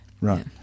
Right